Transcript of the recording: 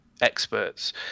experts